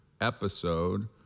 episode